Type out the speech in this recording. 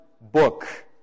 book